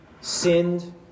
sinned